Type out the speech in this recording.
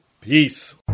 peace